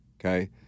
okay